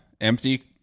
empty